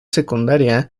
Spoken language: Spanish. secundaria